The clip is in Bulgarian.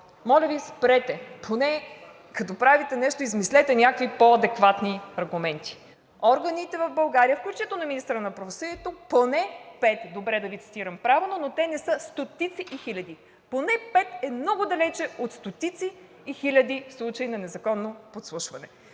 Моля Ви, спрете. Като правите нещо, поне измислете някакви по-адекватни аргументи – органите в България, включително и министърът на правосъдието. Поне пет, за да цитирам правилно, но те не са стотици и хиляди! Поне пет е много далече от стотици и хиляди случаи на незаконно подсушване.